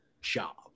job